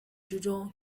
之中